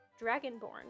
dragonborn